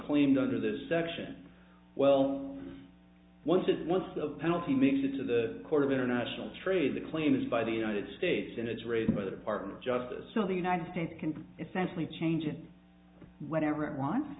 claimed under this section well once it was the penalty makes it to the court of international trade the claim is by the united states and it's raised by the department of justice so the united states can essentially change it whatever it want